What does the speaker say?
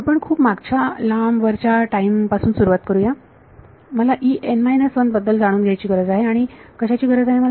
आपण खूप मागच्या लांब वरच्या टाईम पासून सुरुवात करुया मला बद्दल जाणून घ्यायची गरज आहे आणि आणि कशाची गरज आहे मला